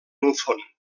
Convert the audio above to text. luzon